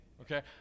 okay